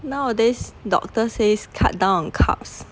nowadays doctor says cut down on carbs